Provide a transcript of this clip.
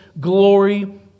glory